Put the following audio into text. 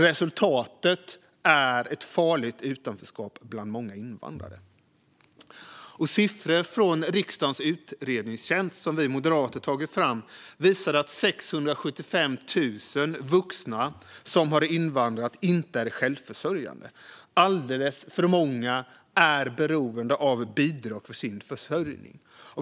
Resultatet är ett farligt utanförskap bland många invandrare. Fru talman! Siffror från riksdagens utredningstjänst, som vi moderater har tagit fram, visar att 675 000 vuxna som har invandrat inte är självförsörjande. Alldeles för många är beroende av bidrag för sin försörjning.